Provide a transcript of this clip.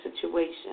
situation